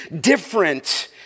different